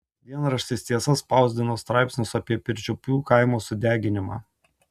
dienraštis tiesa spausdino straipsnius apie pirčiupių kaimo sudeginimą